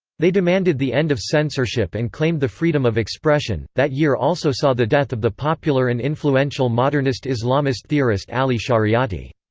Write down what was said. they demanded the end of censorship and claimed the freedom of expression that year also saw the death of the popular and influential modernist islamist theorist ali shariati.